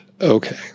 Okay